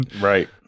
Right